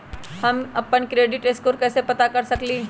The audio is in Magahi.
हम अपन क्रेडिट स्कोर कैसे पता कर सकेली?